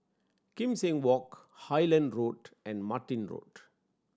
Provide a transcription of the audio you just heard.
Kim Seng Walk Highland Road and Martin Road